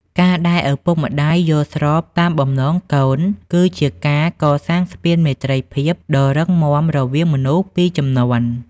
ការដែលឪពុកម្ដាយយល់ស្របតាមបំណងកូន គឺជាការកសាងស្ពានមេត្រីភាពដ៏រឹងមាំរវាងមនុស្សពីរជំនាន់។